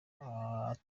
atari